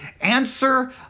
answer